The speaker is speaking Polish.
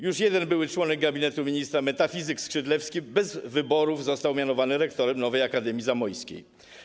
Już jeden były członek gabinetu ministra, metafizyk Skrzydlewski, bez wyborów został mianowany nowym rektorem nowej Akademii Zamojskiej.